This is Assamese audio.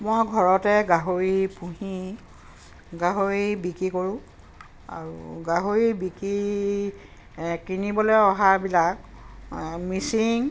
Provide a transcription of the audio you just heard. মই ঘৰতে গাহৰি পুহি গাহৰি বিক্ৰী কৰোঁ আৰু গাহৰি বিকি কিনিবলৈ অহাবিলাক মিচিং